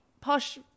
posh